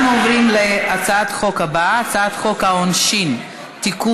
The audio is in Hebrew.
אנחנו עוברים להצעת החוק הבאה: הצעת חוק העונשין (תיקון,